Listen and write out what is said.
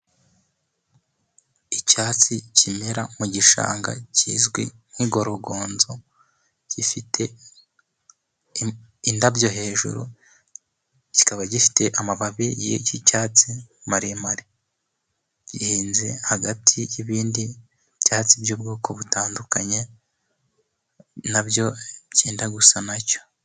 Icyatsi kimera mu gishanga kizwi nk'igorogonzo gifite indabo hejuru kikaba gifite amababi y'icyatsi maremare gihinze hagati y'ibindi byatsi by'ubwoko butandukanye na byo byenda gusa na cyo.